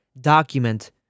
document